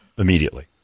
immediately